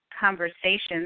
conversations